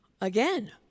again